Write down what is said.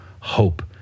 hope